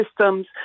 systems